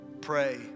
pray